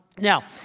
Now